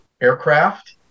aircraft